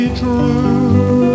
true